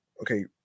okay